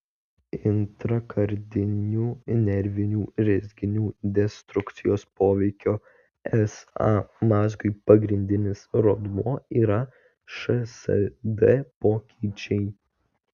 intrakardinių nervinių rezginių destrukcijos poveikio sa mazgui pagrindinis rodmuo yra šsd pokyčiai